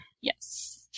Yes